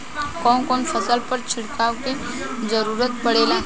कवन कवन फसल पर छिड़काव के जरूरत पड़ेला?